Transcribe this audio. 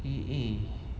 eh eh